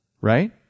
Right